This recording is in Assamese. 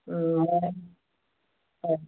মই অঁ